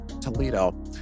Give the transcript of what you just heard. Toledo